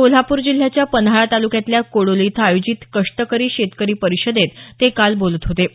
कोल्हापूर जिल्ह्याच्या पन्हाळा तालुक्यातल्या कोडोली इथं आयोजित कष्टकरी शेतकरी परिषदेत ते काल बोलत होते